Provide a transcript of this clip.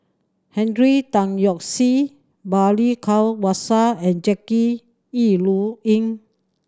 Henry Tan Yoke See Balli Kaur and Jackie Yi Ru Ying